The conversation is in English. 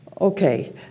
Okay